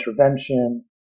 intervention